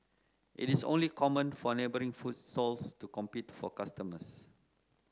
it is only common for neighbouring food stalls to compete for customers